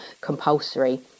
compulsory